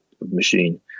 machine